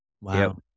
Wow